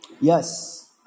Yes